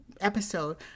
episode